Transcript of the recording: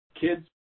kids